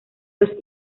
dos